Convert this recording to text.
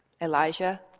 Elijah